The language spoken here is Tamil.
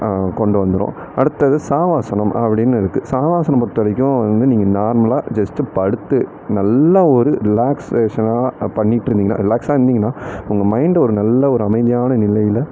கொண்டு வந்துரும் அடுத்தது சாவாசணம் அப்படினு இருக்கு சாவாசணம் பொருத்தவரைக்கும் நீங்கள் வந்து நார்மலாக ஜஸ்டு படுத்து நல்லா ஒரு ரிலாக்சேஷனாக பண்ணிவிட்டு இருந்திங்கனா ரிலாக்ஸாக இருந்தீங்கனா உங்கள் மைன்ட்டு ஒரு நல்ல ஒரு அமைதியான நிலையில்